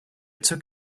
took